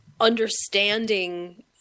understanding